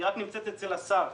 היא רק נמצאת אצל השר.